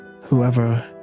Whoever